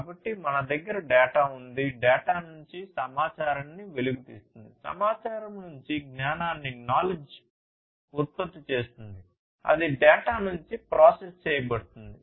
కాబట్టి మన దగ్గర డేటా ఉంది డేటా నుండి సమాచారాన్ని వెలికితీస్తుంది సమాచారం నుండి జ్ఞానాన్ని ఉత్పత్తి చేస్తుంది అది డేటా నుండి ప్రాసెస్ చేయబడుతుంది